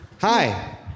Hi